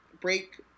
break